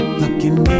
looking